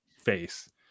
face